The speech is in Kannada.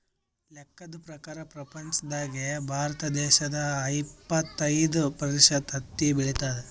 ಲೆಕ್ಕದ್ ಪ್ರಕಾರ್ ಪ್ರಪಂಚ್ದಾಗೆ ಭಾರತ ದೇಶ್ ಇಪ್ಪತ್ತೈದ್ ಪ್ರತಿಷತ್ ಹತ್ತಿ ಬೆಳಿತದ್